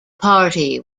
party